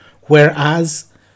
whereas